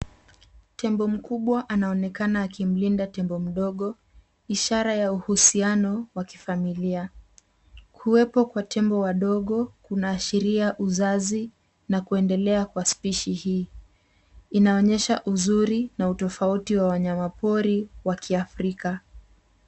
Tembo mkubwa anaonekana akimlinda tembo mdogo, ishara ya uhusiano wa kifamilia. Kuwepo kwa tembo wadogo, kunaashiria uzazi na kuendelea kwa spishi hii, inaonyesha uzuri na utofauti wa wanyamapori, wa kiafrika.